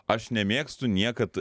aš nemėgstu niekad